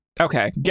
Okay